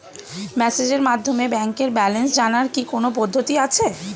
মেসেজের মাধ্যমে ব্যাংকের ব্যালেন্স জানার কি কোন পদ্ধতি আছে?